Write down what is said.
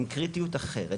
עם קריטיות אחרת,